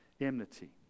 enmity